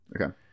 Okay